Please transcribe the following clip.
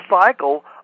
cycle